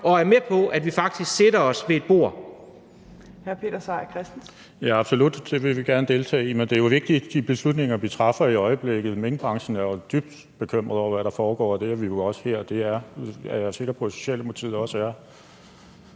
og er med på, at vi faktisk sætter os ned ved et bord.